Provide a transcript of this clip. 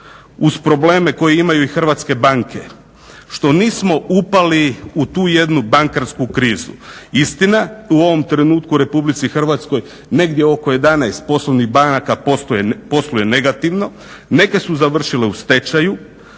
uz probleme koje imaju i hrvatske banke, što nismo upali u tu jednu bankarsku krizu. Istina, u ovom trenutku u Republici Hrvatskoj negdje oko 11 poslovnih banaka posluje negativno. Neke su završile u stečaju,